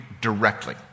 directly